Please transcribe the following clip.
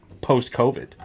post-covid